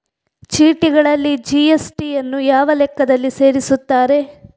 ಚೀಟಿಗಳಲ್ಲಿ ಜಿ.ಎಸ್.ಟಿ ಯನ್ನು ಯಾವ ಲೆಕ್ಕದಲ್ಲಿ ಸೇರಿಸುತ್ತಾರೆ?